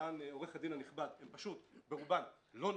שטען עורך הדין הנכבד הן פשוט, ברובן, לא נכונות.